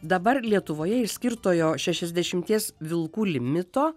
dabar lietuvoje išskirtojo šešiasdešimties vilkų limito